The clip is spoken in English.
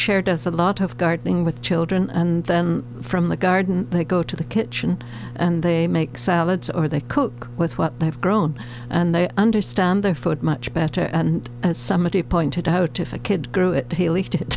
chair does a lot of gardening with children and then from the garden they go to the kitchen and they make salads or they cook with what they've grown and they understand their food much better and as somebody pointed out if a kid grew it he'll eat it